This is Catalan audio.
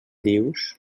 dius